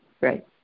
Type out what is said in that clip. Right